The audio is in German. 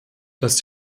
dass